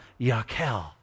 yakel